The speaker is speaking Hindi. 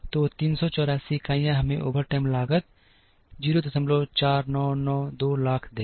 तो 384 इकाइयाँ हमें ओवरटाइम लागत 04992 लाख देगी